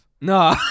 No